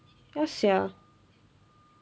ya sia